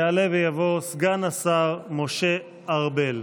יעלה ויבוא סגן השר משה ארבל.